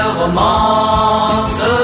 romance